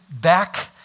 back